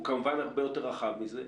הוא כמובן הרבה יותר רחב זה.